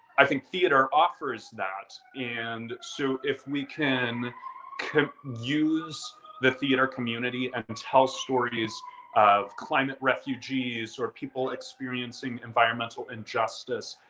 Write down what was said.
i think theater offers that and so if we can can use the theater community and tell stories of climate refugees or people experiencing environmental injustice,